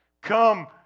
Come